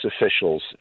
officials